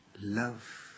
love